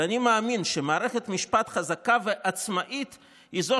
אבל אני מאמין שמערכת משפט חזקה ועצמאית היא זו